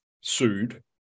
sued